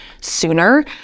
sooner